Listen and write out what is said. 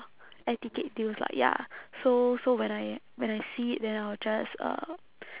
air ticket deals like ya so so when I when I see it then I'll just uh